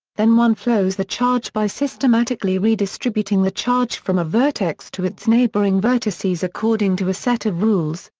then one flows the charge by systematically redistributing the charge from a vertex to its neighboring vertices according to a set of rules,